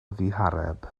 ddihareb